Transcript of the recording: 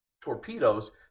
torpedoes